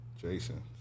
Jason